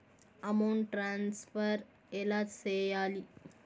amount transfer ఎలా సేయాలి